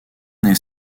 n’est